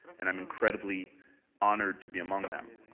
and i'm incredibly honored to be among them.